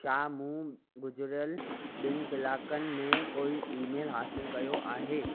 छा मूं गुज़रियलु ॿिनि कलाकनि में कोई ईमेल हासिलु कयो आहे